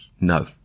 No